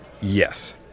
Yes